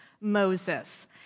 Moses